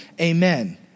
Amen